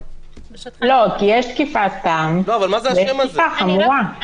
לא, כי יש תקיפה סתם ויש תקיפה חמורה.